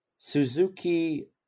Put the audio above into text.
Suzuki